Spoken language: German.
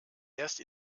erst